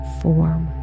form